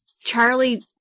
Charlie